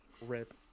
Rip